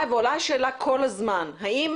עולה כל הזמן השאלה האם